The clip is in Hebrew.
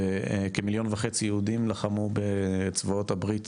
כמיליון וחצי יהודים לחמו בצבאות הברית,